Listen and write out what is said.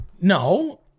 No